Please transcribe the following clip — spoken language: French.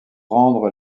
rendre